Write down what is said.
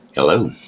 Hello